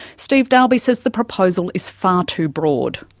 steve dalby says the proposal is far too broad.